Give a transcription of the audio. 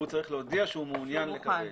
הוא צריך להודיע שהוא מעוניין לקבל.